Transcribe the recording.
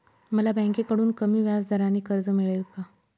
मला बँकेकडून कमी व्याजदराचे कर्ज मिळेल का?